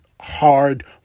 hard